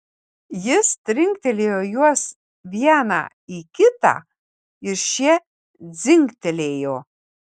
jis trinktelėjo juos vieną į kitą ir šie dzingtelėjo